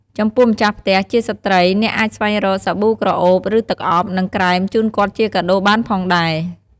ចំពោះម្ចាស់ផ្ទះជាស្ត្រីអ្នកអាចស្វែងរក សាប៊ូក្រអូប ឬទឹកអប់ និងក្រែមជូនគាត់ជាកាដូរបានផងដែរ។